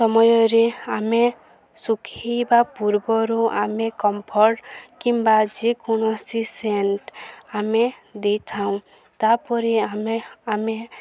ସମୟରେ ଆମେ ଶୁଖେଇବା ପୂର୍ବରୁ ଆମେ କମ୍ଫର୍ଟ କିମ୍ବା ଯେକୌଣସି ସେଣ୍ଟ ଆମେ ଦେଇଥାଉ ତାପରେ ଆମେ ଆମେ